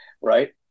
right